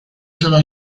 sarà